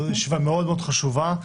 זו ישיבה מאוד חשובה,